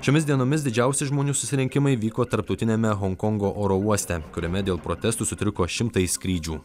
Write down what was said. šiomis dienomis didžiausi žmonių susirinkimai vyko tarptautiniame honkongo oro uoste kuriame dėl protestų sutriko šimtai skrydžių